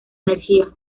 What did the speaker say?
energía